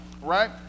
right